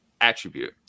attribute